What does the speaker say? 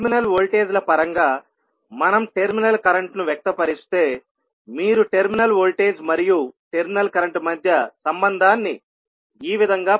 terminal వోల్టేజ్ల పరంగా మనం టెర్మినల్ కరెంట్ను వ్యక్తపరిస్తే మీరు టెర్మినల్ వోల్టేజ్ మరియు టెర్మినల్ కరెంట్ మధ్య సంబంధాన్ని ఈ విధంగా పొందుతారు